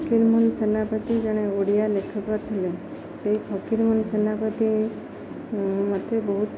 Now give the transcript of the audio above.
ଫକୀରମୋହନ ସେନାପତି ଜଣେ ଓଡ଼ିଆ ଲେଖକ ଥିଲେ ସେଇ ଫକୀରମୋହନ ସେନାପତି ମୋତେ ବହୁତ